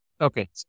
okay